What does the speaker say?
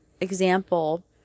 example